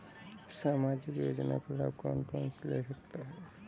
सामाजिक योजना का लाभ कौन कौन ले सकता है?